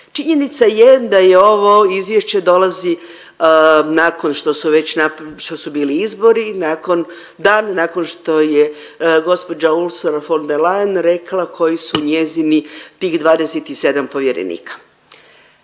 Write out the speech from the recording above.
Činjenica je da ovo izvješće dolazi nakon što su već bili izbori, nakon dan nakon što je gospođa Ursula von der Leyen rekla koji su njezini tih 27 povjerenika.